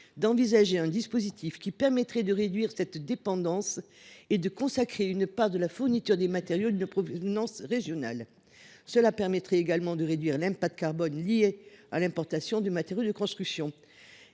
proposons un dispositif permettant de réduire cette dépendance et de faire en sorte qu’une partie des matériaux soit de provenance régionale. Cela permettrait également de réduire l’impact carbone lié à l’importation de matériaux de construction.